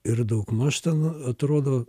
ir daugmaž ten atrodo